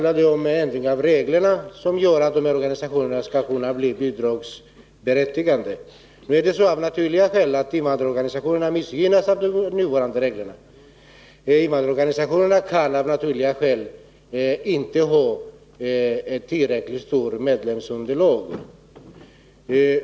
Dels gäller det en ändring av reglerna för att dessa organisationer skall kunna bli bidragsberättigade. Invandrarorganisationerna missgynnas genom de nuvarande reglerna. För det första kan invandrarorganisationerna av naturliga skäl inte ha ett tillräckligt stort medlemsunderlag.